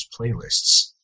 playlists